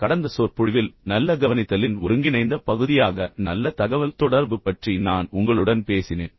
கடந்த சொற்பொழிவில் நல்ல கவனித்தலின் ஒருங்கிணைந்த பகுதியாக நல்ல தகவல்தொடர்பு பற்றி நான் உங்களுடன் பேசினேன்